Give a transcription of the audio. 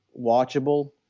watchable